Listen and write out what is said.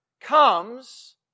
comes